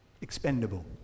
expendable